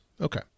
Okay